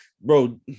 bro